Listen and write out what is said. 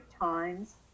times